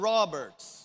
Roberts